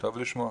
טוב לשמוע.